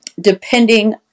Depending